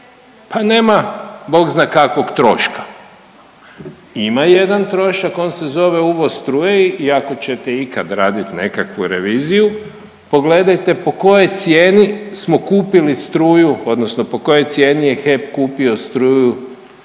pa nema Bog zna kakvog troška. Ima jedan trošak, on se zove uvoz struje i ako ćete ikad radit nekakvu reviziju pogledajte po kojoj cijeni smo kupili struju odnosno po kojoj cijeni je HEP kupio struju